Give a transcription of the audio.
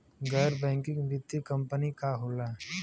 गैर बैकिंग वित्तीय कंपनी का होला?